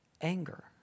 anger